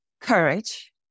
courage